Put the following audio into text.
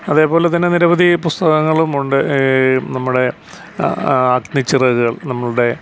അതേപോലെ തന്നെ നിരവധി പുസ്തകങ്ങളും ഉണ്ട് നമ്മുടെ ആ അഗ്നിച്ചിറകുകൾ നമ്മളുടെ